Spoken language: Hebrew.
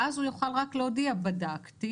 ואז הוא יוכל רק להודיע: בדקתי,